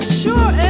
sure